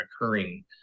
occurring